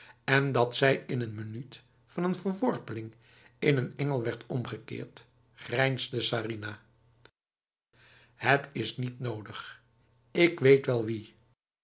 en dat zij in een minuut van een verworpeling een engel werd en omgekeerd grijnsde sarinah het is niet nodig ik weet wel wie